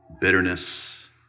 bitterness